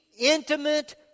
intimate